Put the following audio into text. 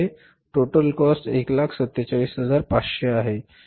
total cost 147500 आहे